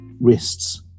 wrists